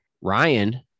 Ryan